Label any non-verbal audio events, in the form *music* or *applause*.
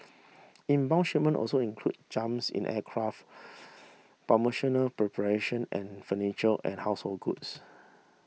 inbound shipment also included jumps in aircraft *noise* pharmaceutical preparation and furniture and household goods